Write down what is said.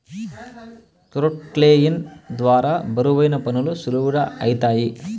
క్రొక్లేయిన్ ద్వారా బరువైన పనులు సులువుగా ఐతాయి